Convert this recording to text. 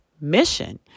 mission